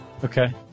Okay